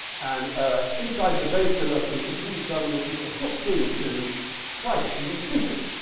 and ah inside the base, there are some computer terminals which are hooked into private, indeed secret,